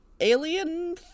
alien